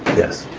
yes.